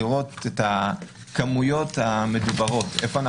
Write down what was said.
לראות את הכמויות המדוברות סך כל